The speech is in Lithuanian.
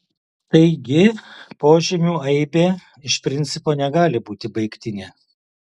taigi požymių aibė iš principo negali būti baigtinė